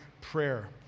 prayer